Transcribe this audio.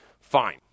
Fine